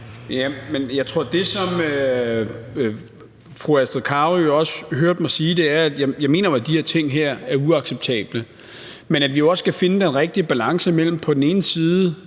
jeg tror, at det, som fru Astrid Carøe også hørte mig sige, var, at jeg jo mener, at de her ting er uacceptable, men også at vi skal finde den rigtige balance mellem på den ene side